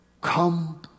Come